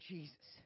Jesus